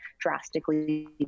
drastically